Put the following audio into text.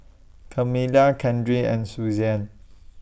Kamila Keandre and Suzanne